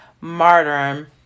martyrdom